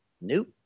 Nope